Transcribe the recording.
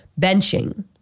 benching